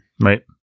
Right